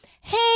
hey